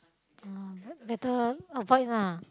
oh better avoid lah